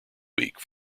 week